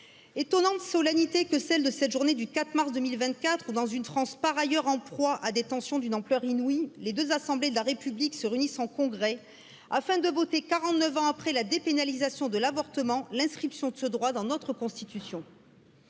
étonnante solennité que celle de cette journée du quatre mars deux mille vingt quatre ou dans une france par ailleurs en proie à des tensions d'une ampleur inouïe les deux assemblées de la république se réunissent en congrès afin de voter quarante neuf ans après la dépénalisation de l'l'avortement l'inscription de ce droit dans notre constitution